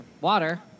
Water